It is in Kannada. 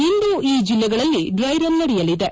ಇಂದು ಈ ಜಿಲ್ಲೆಗಳಲ್ಲಿ ಡ್ರೈ ರನ್ ನಡೆಯಲಿದೆ